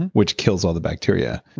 which kills all the bacteria.